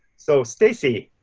so stacey,